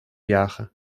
jagen